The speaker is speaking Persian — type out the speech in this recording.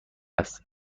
است